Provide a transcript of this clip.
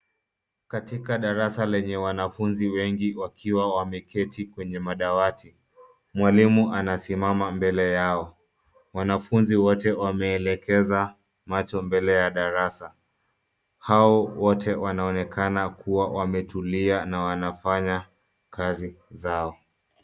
Katika darasa lenye wanafunzi wengi wakiwa wameketi kwenye madawati, mwalimu anasimama mbele yao. Wanafunzi wote wameelekeza macho mbele ya darasa. Hao wote wanaonekana kuwa wametulia na wanafanya kazi zao.